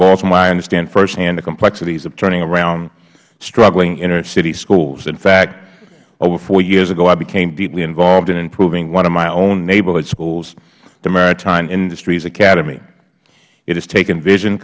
baltimore i understand firsthand the complexities of turning around struggling inner city schools in fact over four years ago i became deeply involved in improving one of my own neighborhood schools the maritime industry's academy it has taken vision